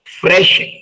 fresh